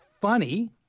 funny